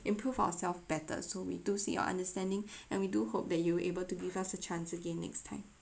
improve ourselves better so we do see your understanding and we do hope that you'll able to give us a chance again next time